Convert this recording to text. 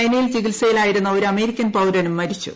ചൈനയിൽ ചികിത്സയിലായിരുന്ന ഒരു അമേരിക്കൻ പൌരനും മരിച്ചു